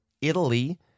Italy